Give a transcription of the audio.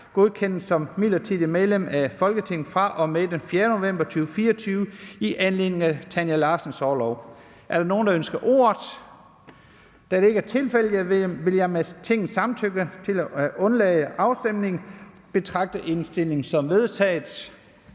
godkendes som midlertidigt medlem af Folketinget fra den 4. november 2024 i anledning af af Tanja Larssons orlov. Er der nogen, der ønsker ordet? Da det ikke er tilfældet, vil jeg med Tingets samtykke til at undlade afstemning betragte indstillingen som vedtaget.